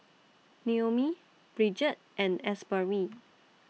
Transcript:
Noemie Bridget and Asbury